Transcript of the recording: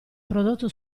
prodotto